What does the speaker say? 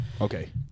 Okay